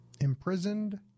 Imprisoned